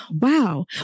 wow